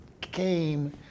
came